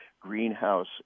greenhouse